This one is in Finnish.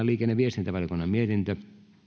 liikenne ja viestintävaliokunnan mietintö